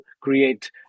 create